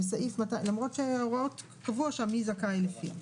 למרות שההוראות קבוע שם מי זכאי לפיה.